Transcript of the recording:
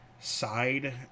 side